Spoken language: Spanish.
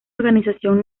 organización